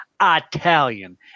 Italian